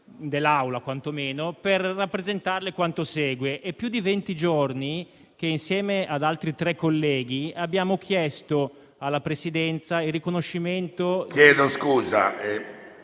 dell'Aula, per rappresentarle quanto segue. È da più di venti giorni che, insieme ad altri tre colleghi, abbiamo chiesto alla Presidenza il riconoscimento... PRESIDENTE.